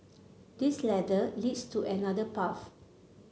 this ladder leads to another path